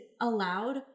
allowed